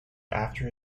after